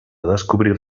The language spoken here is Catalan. descobrir